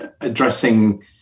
addressing